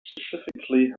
specifically